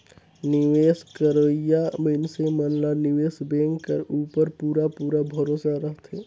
निवेस करोइया मइनसे मन ला निवेस बेंक कर उपर पूरा पूरा भरोसा रहथे